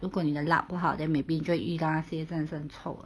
如果你的 luck 不好 then maybe 你会遇到那些真的是很臭的